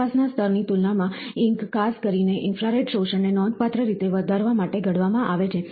આસપાસના સ્તરની તુલનામાં ઇંક ખાસ કરીને ઇન્ફ્રારેડ શોષણને નોંધપાત્ર રીતે વધારવા માટે ઘડવામાં આવે છે